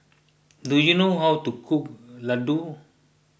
do you know how to cook Ladoo